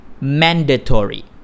mandatory